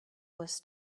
was